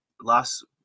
last